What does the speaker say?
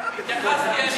מי אתה?